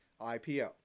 IPO